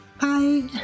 Bye